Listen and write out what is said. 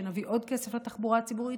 כשנביא עוד כסף לתחבורה הציבורית,